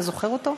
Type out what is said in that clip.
אתה זוכר אותו?